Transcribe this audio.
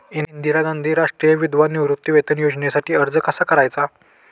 इंदिरा गांधी राष्ट्रीय विधवा निवृत्तीवेतन योजनेसाठी अर्ज कसा करायचा?